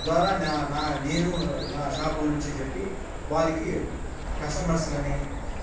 ద్వారా నా నా నేను నా షాప్ గురించి చెప్పి వాళ్ళకి కస్టమర్స్లని